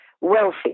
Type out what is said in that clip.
wealthy